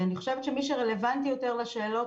אני חושבת שמי שרלוונטי יותר לשאלות